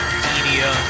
media